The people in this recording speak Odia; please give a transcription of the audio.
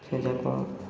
ସେଯାକ